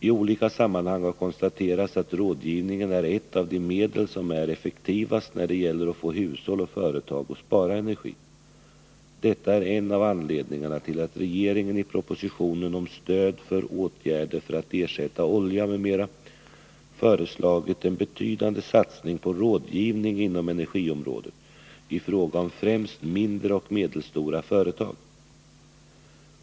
I olika sammanhang har konstaterats att rådgivningen är ett av de medel som är effektivast när det gäller att få hushåll och företag att spara energi. Detta är en av anledningarna till att regeringen i propositionen om stöd för åtgärder för att ersätta olja, m.m. föreslagit en betydande satsning på rådgivning inom energiområdet i fråga om främst mindre och medelstora företag.